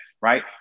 right